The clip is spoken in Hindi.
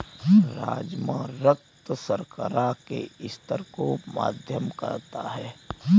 राजमा रक्त शर्करा के स्तर को मध्यम करता है